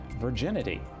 virginity